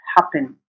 happen